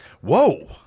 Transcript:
Whoa